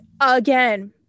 again